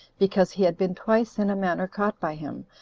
because he had been twice, in a manner, caught by him,